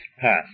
passed